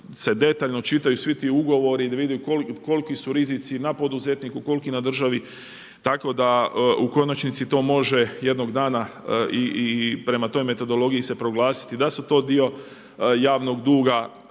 se detaljno čitaju svi ti ugovori da vide koliki su rizici na poduzetniku, koliki na državi tako da u konačnici to može jednog dana i prema toj metodologiji se proglasiti da su to dio javnog duga, tako